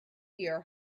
your